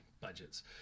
budgets